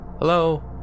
hello